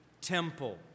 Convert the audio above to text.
temple